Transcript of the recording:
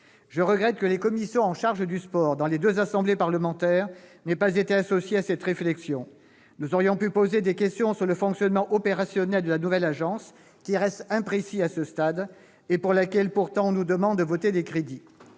Je regrette que les commissions chargées du sport dans les deux assemblées parlementaires n'aient pas été associées à cette réflexion. Nous aurions pu poser des questions sur le fonctionnement opérationnel de la nouvelle agence qui reste imprécis à ce stade, alors même qu'il nous est demandé de voter des crédits.